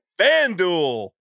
FanDuel